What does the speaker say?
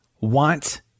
want